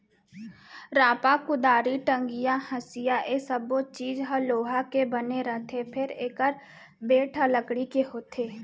रांपा, कुदारी, टंगिया, हँसिया ए सब्बो चीज ह लोहा के बने रथे फेर एकर बेंट ह लकड़ी के होथे